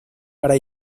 para